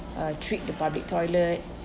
uh treat the public toilet